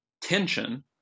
tension